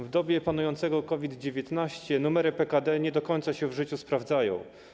W dobie panującego COVID-19 numery PKD nie do końca się w życiu sprawdzają.